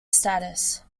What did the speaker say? status